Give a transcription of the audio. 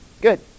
Good